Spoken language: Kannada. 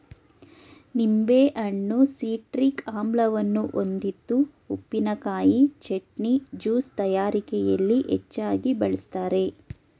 ನಿಂಬೆಹಣ್ಣು ಸಿಟ್ರಿಕ್ ಆಮ್ಲವನ್ನು ಹೊಂದಿದ್ದು ಉಪ್ಪಿನಕಾಯಿ, ಚಟ್ನಿ, ಜ್ಯೂಸ್ ತಯಾರಿಕೆಯಲ್ಲಿ ಹೆಚ್ಚಾಗಿ ಬಳ್ಸತ್ತರೆ